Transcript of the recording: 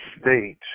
state